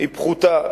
היא פחותה,